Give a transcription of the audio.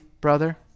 brother